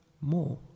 more